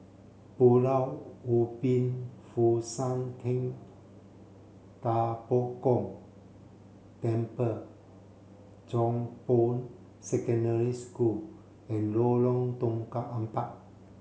Pulau Ubin Fo Shan Ting Da Bo Gong Temple Chong Boon Secondary School and Lorong Tukang Empat